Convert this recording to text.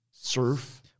Surf